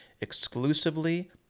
exclusively